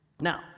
Now